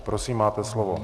Prosím, máte slovo.